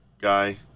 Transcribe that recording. guy